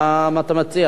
אדוני השר, מה אתה מציע?